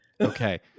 Okay